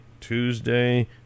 Tuesday